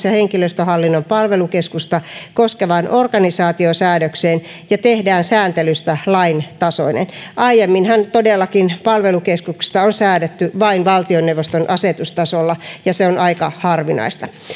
ja henkilöstöhallinnon palvelukeskusta koskevaan organisaatiosäädökseen ja tehdään sääntelystä lain tasoinen aiemminhan todellakin palvelukeskuksesta on säädetty vain valtioneuvoston asetustasolla ja se on aika harvinaista